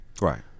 Right